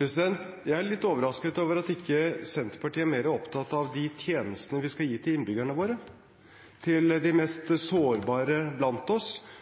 Jeg er litt overrasket over at ikke Senterpartiet er mer opptatt av de tjenestene vi skal gi til innbyggerne våre – til de mest sårbare blant oss,